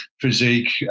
physique